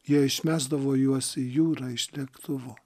jie išmesdavo juos į jūrą iš lėktuvo